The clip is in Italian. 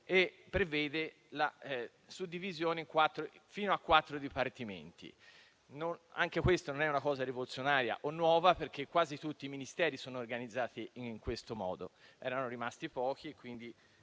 e prevede la suddivisione fino a quattro dipartimenti. Anche questa non è una cosa rivoluzionaria né nuova, perché quasi tutti i Ministeri sono organizzati in questo modo; erano rimasti in pochi a fare